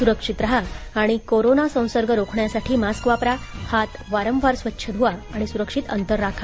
स्रक्षित राहा आणि कोरोना संसर्ग रोखण्यासाठी मास्क वापरा हात वारंवार स्वच्छ धुवा आणि सुरक्षित अंतर राखा